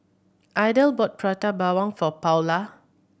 Idell bought Prata Bawang for Paula